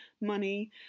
money